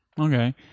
okay